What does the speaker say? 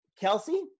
Kelsey